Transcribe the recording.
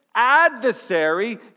adversary